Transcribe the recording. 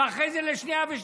ואחרי זה לשנייה ושלישית,